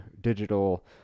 digital